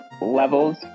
levels